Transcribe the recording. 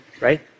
right